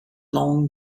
long